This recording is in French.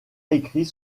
écrit